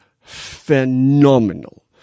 phenomenal